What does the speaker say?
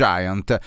Giant